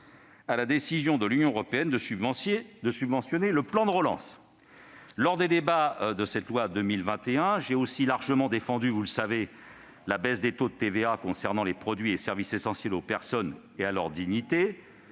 à la décision de l'Union européenne de subventionner le plan de relance ! Lors des débats sur ce PLF pour 2021, j'ai aussi largement défendu la baisse des taux de TVA concernant les produits et les services essentiels aux personnes et à leur dignité.